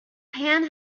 pan